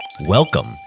Welcome